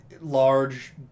Large